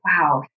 wow